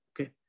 Okay